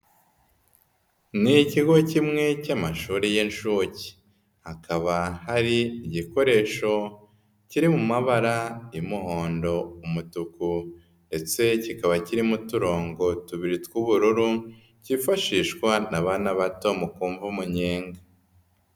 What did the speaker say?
Ni ikigo kimwe cy'amashuri y'inshuke, hakaba hari igikoresho kiri mu mabara y'umuhondo, umutuku ndetse kikaba kirimo uturongo tubiri tw'ubururu kifashishwa n'abana bato mu kumva umunyenga.